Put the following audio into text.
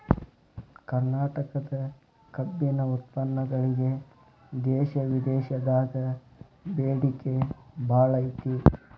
ಕರ್ನಾಟಕ ಕಬ್ಬಿನ ಉತ್ಪನ್ನಗಳಿಗೆ ದೇಶ ವಿದೇಶದಾಗ ಬೇಡಿಕೆ ಬಾಳೈತಿ